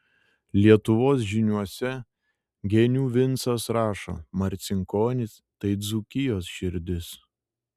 lietuvos žyniuose genių vincas rašo marcinkonys tai dzūkijos širdis